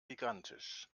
gigantisch